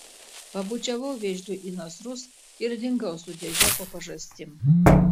pabučiavau vėžliui į nasrus ir dingau su dėže po pažastim